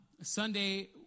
Sunday